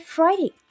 Friday